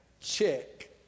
Check